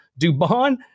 Dubon